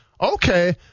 okay